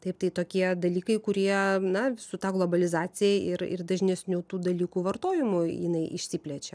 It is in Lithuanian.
taip tai tokie dalykai kurie na su ta globalizacija ir ir dažnesniu tų dalykų vartojimui jinai išsiplečia